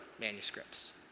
manuscripts